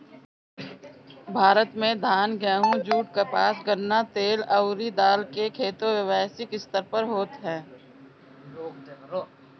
भारत में धान, गेंहू, जुट, कपास, गन्ना, तेल अउरी दाल के खेती व्यावसायिक स्तर पे होत ह